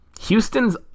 Houston's